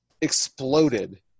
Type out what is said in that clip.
exploded